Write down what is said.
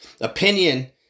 Opinion